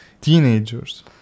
teenagers